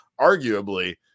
arguably